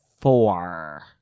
four